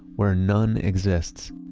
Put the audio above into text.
where none exists.